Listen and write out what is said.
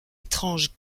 étrange